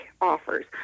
offers